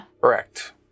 Correct